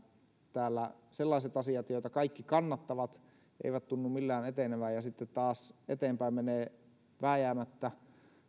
täällä sellaiset asiat joita kaikki kannattavat eivät tunnu millään etenevän ja sitten taas eteenpäin menee vääjäämättä